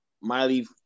Miley